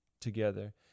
together